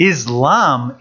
Islam